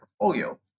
portfolio